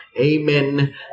amen